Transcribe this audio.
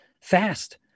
fast